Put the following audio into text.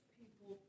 people